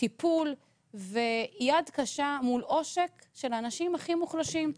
טיפול ויד קשה מול עושק של אנשים הכי מוחלשים.